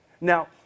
Now